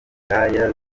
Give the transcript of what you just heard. ndaya